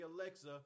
Alexa